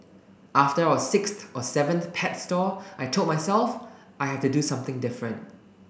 after our sixth or seventh pet store I told myself I have to do something different